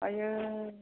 आयो